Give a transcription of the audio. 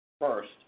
First